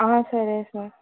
సరే సార్